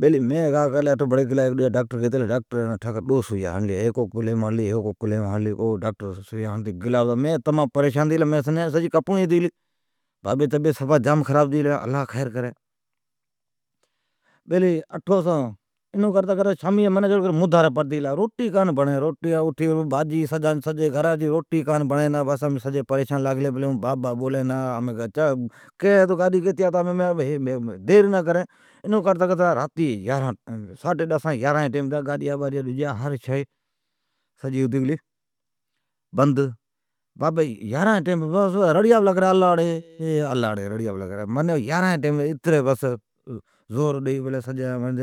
بیلی مین کا کرلی گلا ڈجا ڈاکٹر گیتی آلا۔ ڈاکٹری ڈو سویا ھڑلیا ھیک او کلھیم ھیک او کلھیم، میں سجا پریشان ھتی گل، منین سجی رفنڑیں ھتی گلی۔ بابی جی طبعیت تمام خراب ھتی گلیا للہ خیر کری، مندھاری ھتی گلی، روٹی کان بڑین، سجین گھرا جین بھاتیین امین ابھلین ھون بابا بولی ئی نہ۔ راتی جی ڈسین یارھن بجی گاڈیا باڈیا سبھ آتی گلیا، سویری کیس تو امین گیتی آئونس پتی۔ یارھن جا ٹائیم ھلا بابی جی رڑ پلی پڑی اللہ ڑی اللہ ڑی سجین پٹھام زور پلین